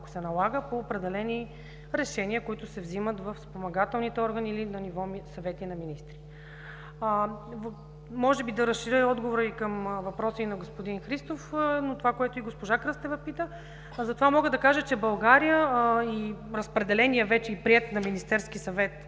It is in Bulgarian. ако се налага, по определени решения, които се взимат в спомагателните органи или на ниво съвети на министри. Може би трябва да разширя отговора и към въпроса на господин Христов, но и за това, което госпожа Кръстева пита. Мога да кажа, че вече е разпределен и приет от Министерския съвет